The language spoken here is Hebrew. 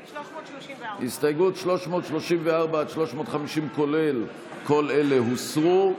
הסתייגויות 334 עד 350, כולל, כל אלה הוסרו.